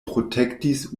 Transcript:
protektis